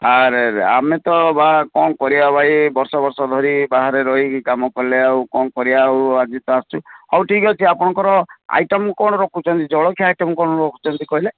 ଆରେ ଆରେ ଆମେ ତ ବାହା କ'ଣ କରିବା ଭାଇ ବର୍ଷ ବର୍ଷ ଧରି ବାହାରେ ରହିକି କାମ କଲେ ଆଉ କ'ଣ କରିବା ଆଉ ଆଜି ତ ଆସିଛୁ ହଉ ଠିକ ଅଛି ଆପଣଙ୍କର ଆଇଟମ କ'ଣ ରଖୁଛନ୍ତି ଜଳଖିଆ ଆଇଟମ କ'ଣ ରଖୁଛନ୍ତି କହିଲେ